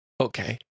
Okay